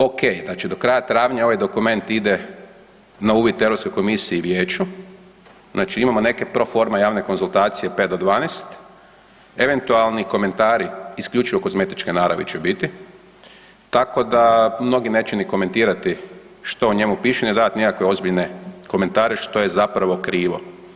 Ok, znači do kraja travnja ovaj dokument ide na uvid Europskoj komisiji i Vijeću, znači imamo neke pro forme javne konzultacije pet do dvanaest, eventualni komentari isključivo kozmetičke naravi će biti, tako da mnogi neće ni komentirati što o njemu piše ni davati neke ozbiljne komentare što je zapravo krivo.